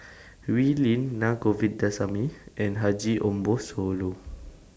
Wee Lin Na Govindasamy and Haji Ambo Sooloh